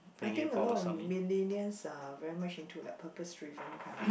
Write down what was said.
I think a lot of millennial's are very much into like purpose drive kind of